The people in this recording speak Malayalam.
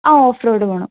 ആഹ് ഓഫ് റോഡ് പോകണം